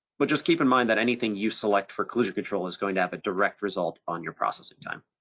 but just keep in mind that anything you select for collision control is going to have a direct result on your processing time.